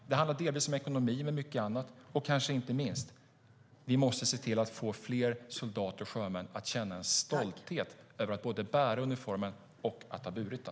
Det handlar delvis om ekonomi men om mycket annat också. Inte minst måste vi se till att få fler soldater och sjömän att känna stolthet, både över att bära uniformen och över att ha burit den.